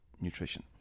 nutrition